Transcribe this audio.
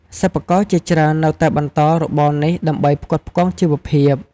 សិប្បករជាច្រើននៅតែបន្តរបរនេះដើម្បីផ្គត់ផ្គង់ជីវភាព។